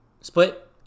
split